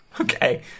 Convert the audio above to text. okay